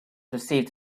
received